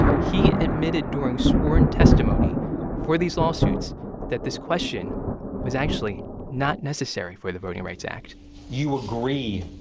he admitted during sworn testimony for these lawsuits that this question was actually not necessary for the voting rights act you agree